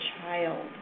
child